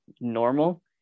normal